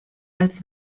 als